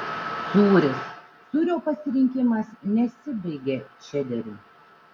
sūris sūrio pasirinkimas nesibaigia čederiu